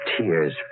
tears